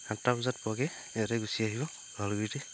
সাতটা বজাত পোৱাকে ইয়াতে গুচি আহিব